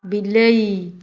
ବିଲେଇ